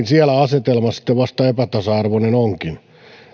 siellä asetelma sitten vasta epätasa arvoinen onkin